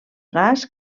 gas